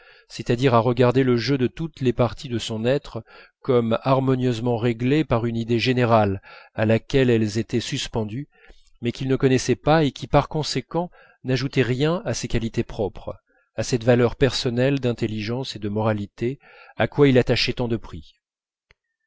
c'est-à-dire à regarder le jeu de toutes les parties de son être comme harmonieusement réglé par une idée générale à laquelle elles étaient suspendues mais qu'il ne connaissait pas et qui par conséquent n'ajoutait rien à ses qualités propres à cette valeur personnelle d'intelligence et de moralité à quoi il attachait tant de prix